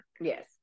Yes